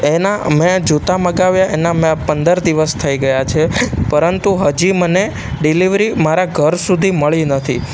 એના મેં જૂતા મગાવ્યાં એના મેં પંદર દિવસ થઈ ગયા છે પરંતુ હજી મને ડિલિવરી મારા ઘર સુધી મળી નથી